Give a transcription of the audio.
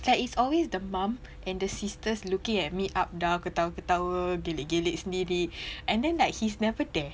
like is always the mum and the sisters looking at me up down ketawa ketawa gelek gelek sendiri and then like he's never there